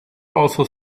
also